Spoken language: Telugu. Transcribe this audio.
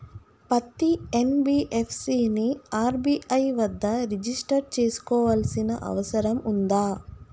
పత్తి ఎన్.బి.ఎఫ్.సి ని ఆర్.బి.ఐ వద్ద రిజిష్టర్ చేసుకోవాల్సిన అవసరం ఉందా?